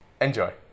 Enjoy